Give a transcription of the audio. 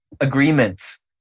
agreements